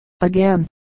again